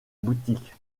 boutique